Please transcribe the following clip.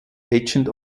agent